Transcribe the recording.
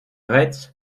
reds